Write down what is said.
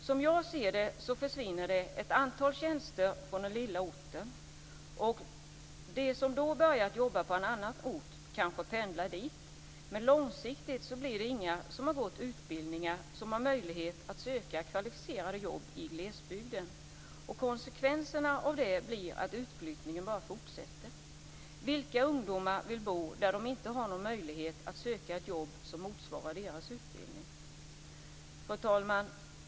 Som jag ser det försvinner ett antal tjänster från den lilla orten, och de som då börjar jobba på en annan ort kanske pendlar dit. Men långsiktigt blir det inga som har gått utbildningar som har möjlighet att söka kvalificerade jobb i glesbygden. Konsekvensen av det blir att utflyttningen bara fortsätter. Vilka ungdomar vill bo där de inte har någon möjlighet att söka ett jobb som motsvarar deras utbildning? Fru talman!